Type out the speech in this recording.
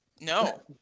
No